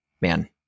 Man